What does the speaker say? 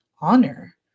honor